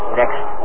next